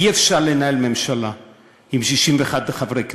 אי-אפשר לנהל ממשלה עם 61 חברי כנסת,